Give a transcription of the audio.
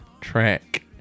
track